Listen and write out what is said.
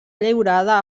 lliurada